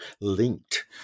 linked